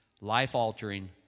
life-altering